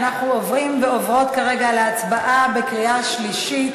אנחנו עוברים ועוברות כרגע להצבעה בקריאה שלישית.